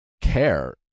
care